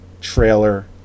trailer